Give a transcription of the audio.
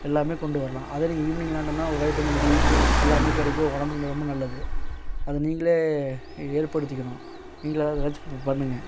எல்லாமே கொண்டு வரலாம் அதுலேயும் ஈவ்னிங் விளாண்டோம்னா வைட்டமின் டி எல்லாமே கிடைக்கும் உடம்புக்கு ரொம்ப நல்லது அதை நீங்களே ஏற்படுத்திக்கணும் நீங்களாக ஏதாச்சும் ஒன்று பண்ணுங்கள்